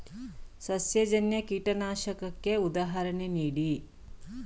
ಸಸ್ಯಜನ್ಯ ಕೀಟನಾಶಕಕ್ಕೆ ಉದಾಹರಣೆ ನೀಡಿ?